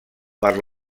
per